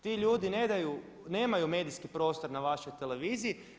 Ti ljudi nemaju medijski prostor na vašoj televiziji.